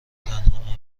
تنها